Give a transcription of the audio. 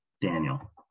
Daniel